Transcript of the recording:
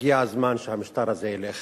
הגיע הזמן שהמשטר הזה ילך.